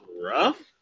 rough